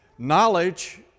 Knowledge